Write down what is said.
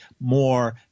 more